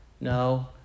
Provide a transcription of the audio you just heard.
No